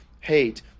hate